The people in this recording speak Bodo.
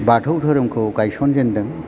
बाथौ धोरोमखौ गायसनजेनदों